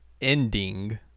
ending